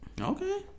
Okay